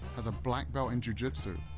has a black belt in jujitsu.